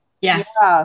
Yes